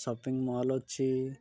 shopping mall ଅଛି